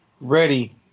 Ready